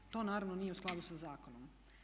To naravno nije u skladu sa zakonom.